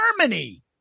germany